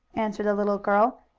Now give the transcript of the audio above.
answered the little girl,